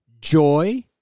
joy